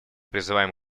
призываем